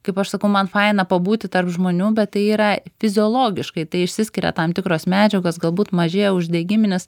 kaip aš sakau man faina pabūti tarp žmonių bet tai yra fiziologiškai tai išsiskiria tam tikros medžiagos galbūt mažėja uždegiminis